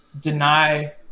deny